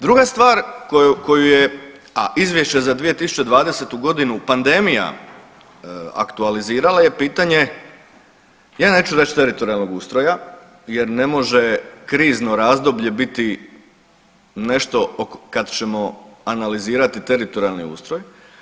Druga stvar koju je, a Izvješće za 2020. godinu, pandemija aktualizirala je pitanje ja neću reći teritorijalnog ustroja, jer ne može krizno razdoblje biti nešto kad ćemo analizirati teritorijalni ustroj.